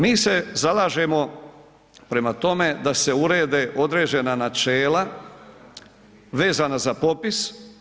Mi se zalažemo prema tome da se urede određena načela vezana za popis.